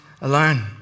alone